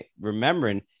remembering